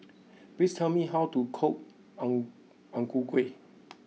please tell me how to cook Ang Ang Ku Kueh